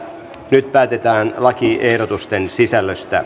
nyt päätetään lakiehdotusten sisällöstä